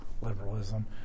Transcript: liberalism